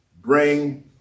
Bring